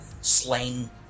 slain